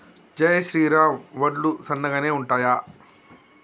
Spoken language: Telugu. జై శ్రీరామ్ వడ్లు సన్నగనె ఉంటయా?